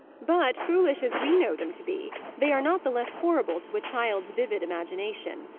but, foolish as we know them to be, they are not the less horrible to a child's vivid imagination.